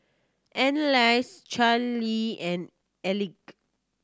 Anneliese Charlee and